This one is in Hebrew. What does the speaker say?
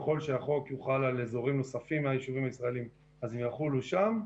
וכלל שהחוק יוחל גם על אזורים נוספים הם יחולו גם שם.